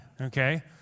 Okay